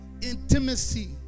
intimacy